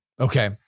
Okay